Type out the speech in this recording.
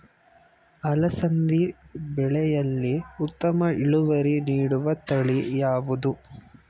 ಅಲಸಂದಿ ಬೆಳೆಯಲ್ಲಿ ಉತ್ತಮ ಇಳುವರಿ ನೀಡುವ ತಳಿ ಯಾವುದು?